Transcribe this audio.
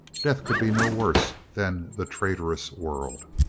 death could be no worse than the traitorous world.